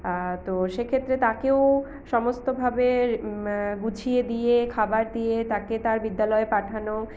তো সেক্ষেত্রে তাকেও সমস্ত ভাবে গুছিয়ে দিয়ে খাবার দিয়ে তাকে তার বিদ্যালয়ে পাঠানো